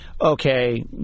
Okay